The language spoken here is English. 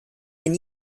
been